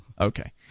Okay